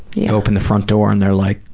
you open the front door and they're like,